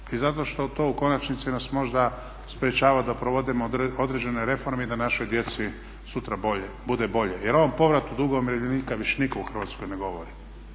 i zato što to u konačnici nas možda sprječava da provodimo određene reforme i da našoj djeci sutra bude bolje. Jer o ovom povratu duga umirovljenika više nitko u Hrvatskoj ne govori.